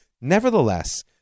Nevertheless